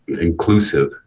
inclusive